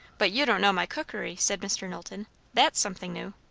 but you don't know my cookery, said mr. knowlton that's something new.